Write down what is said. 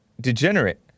degenerate